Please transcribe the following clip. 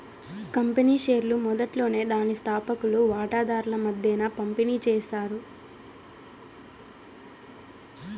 company షేర్లు మొదట్లోనే దాని స్తాపకులు వాటాదార్ల మద్దేన పంపిణీ చేస్తారు